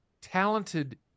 talented